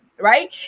Right